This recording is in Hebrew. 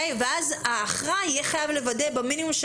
אז האחראי יהיה חייב לוודא במינימום של